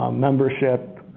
ah membership,